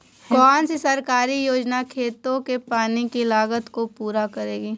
कौन सी सरकारी योजना खेतों के पानी की लागत को पूरा करेगी?